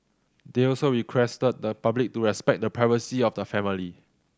they also requested the public to respect the privacy of the family